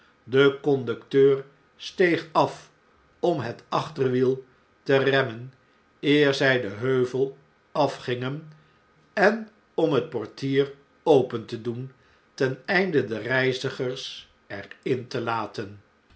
de conducteur steeg af in londen en paeijs om het achterwiel te remmen eer zij den heuvel afgingen en om het portier open te doen ten einde de reizigers er in te laten